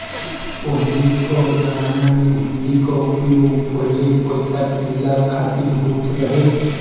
पहिले कअ जमाना में हुंडी कअ उपयोग पहिले पईसा भेजला खातिर होत रहे